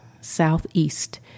southeast